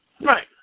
Right